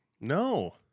No